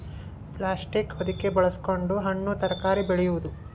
plastic ಹೊದಿಕೆ ಬಳಸಕೊಂಡ ಹಣ್ಣು ತರಕಾರಿ ಬೆಳೆಯುದು